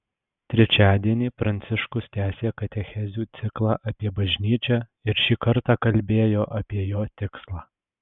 trečiadienį pranciškus tęsė katechezių ciklą apie bažnyčią ir šį kartą kalbėjo apie jo tikslą